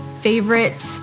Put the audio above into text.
favorite